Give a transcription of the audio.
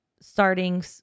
starting